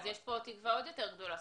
אז יש פה תקווה עוד יותר גדולה.